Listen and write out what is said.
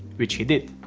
which he did.